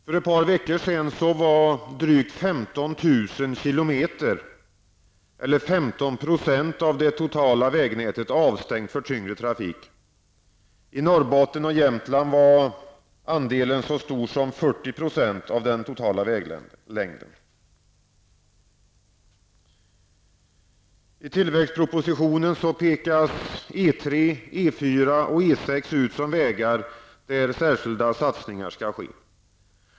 För ett par veckor sedan var drygt Jämtland var andelen så stor som 40 % av den totala väglängden. I tillväxtpropositionen pekas E 3, E 4 och E 6 ut som vägar där särskilda satsningar skall ske.